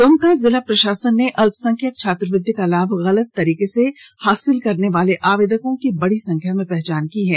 दुमका जिला प्रशासन ने अल्पसंख्यक छात्रवृति का लाभ गलत तरीके से हासिल करने वाले आवेदकों की बडी संख्या में पहचान की है